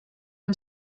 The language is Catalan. amb